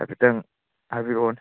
ꯍꯥꯏꯐꯦꯠꯇꯪ ꯍꯥꯏꯕꯤꯔꯛꯑꯣꯅꯦ